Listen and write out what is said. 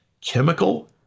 chemical